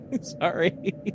Sorry